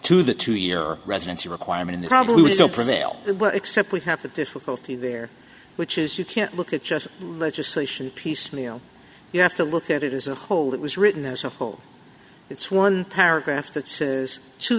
to the two year residency requirement the probably would still prevail except we have a difficulty there which is you can't look at just legislation piecemeal you have to look at it as a whole that was written as a whole it's one paragraph that says two